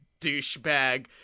douchebag